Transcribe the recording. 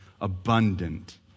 abundant